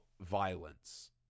violence